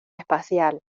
espacial